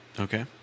Okay